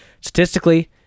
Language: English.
Statistically